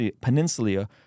peninsula